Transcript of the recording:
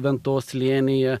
ventos slėnyje